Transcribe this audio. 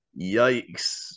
Yikes